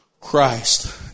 Christ